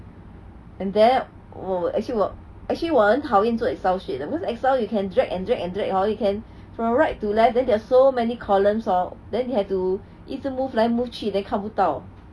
employer 我我 actually 我 actually 我很讨厌做 Excel sheet 的 Excel you can drag and drag and drag hor you can from right to left then there is so many columns hor then you have to to 一直 move 来 move 去 then 看不到